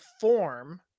form